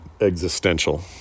existential